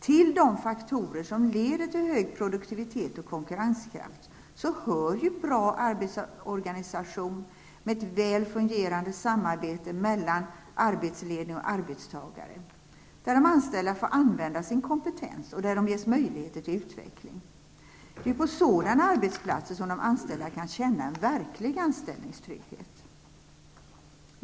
Till de faktorer som leder till hög produktivitet och konkurrenskraft hör bra arbetsorganisationer med ett väl fungerande samarbete mellan arbetsledning och arbetstagare, där de anställda får använda sin kompetens och där de ges möjligheter till utveckling. Det är på sådana arbetsplatser som de anställda kan känna en verklig anställningstrygghet.